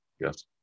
Yes